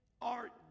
art